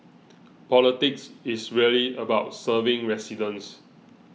politics is really about serving residents